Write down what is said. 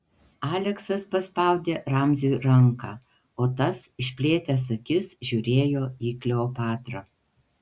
aleksas paspaudė ramziui ranką o tas išplėtęs akis žiūrėjo į kleopatrą